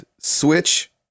switch